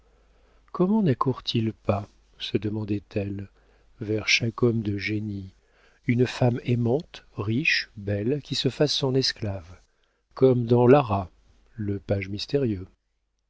siècle comment naccourt il pas se demandait-elle vers chaque homme de génie une femme aimante riche belle qui se fasse son esclave comme dans lara le page mystérieux